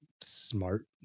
smart